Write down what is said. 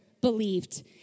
believed